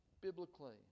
biblically